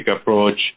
approach